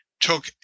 took